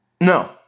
No